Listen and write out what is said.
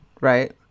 right